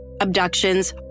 abductions